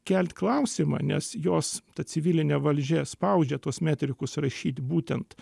kelt klausimą nes jos civilinė valdžia spaudžia tuos metrikus rašyt būtent